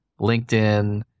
LinkedIn